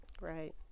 right